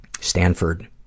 Stanford